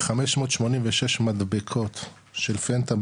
586 מדבקות של פנטה,